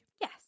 Yes